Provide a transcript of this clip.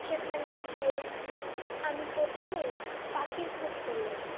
সেখানে ইয়ে আমি প্রথমেই পাখির খোঁজ করলাম